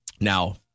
Now